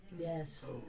Yes